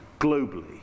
globally